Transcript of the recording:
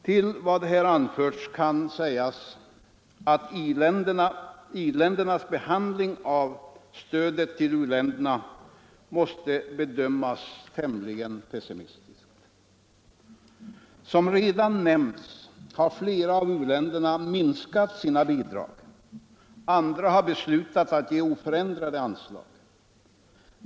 Till vad som här anförts kan sägas att i-ländernas behandling av stödet till u-länderna måste bedömas tämligen pessimistiskt. Som redan nämnts har flera i-länder minskat sina bidrag. Andra har beslutat att ge oförändrade anslag.